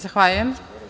Zahvaljujem.